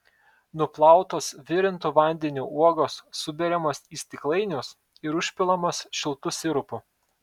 nuplautos virintu vandeniu uogos suberiamos į stiklainius ir užpilamos šiltu sirupu